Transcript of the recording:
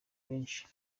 benshi